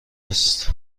است